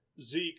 Zeke